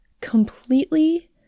completely